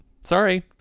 Sorry